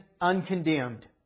uncondemned